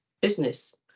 business